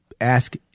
ask